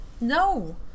No